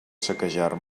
saquejar